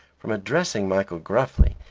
from addressing michael gruffly,